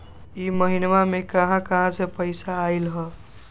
इह महिनमा मे कहा कहा से पैसा आईल ह?